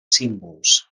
símbols